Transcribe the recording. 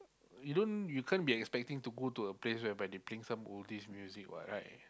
you don't you can't be expecting to go to a place whereby they playing some oldies music what right